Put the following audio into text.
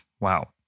Wow